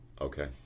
Okay